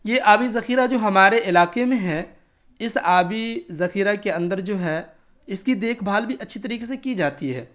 یہ آبی ذخیرہ جو ہمارے علاقے میں ہے اس آبی ذخیرہ کے اندر جو ہے اس کی دیکھ بھال بھی اچھی طریقے سے کی جاتی ہے